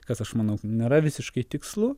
kas aš manau nėra visiškai tikslu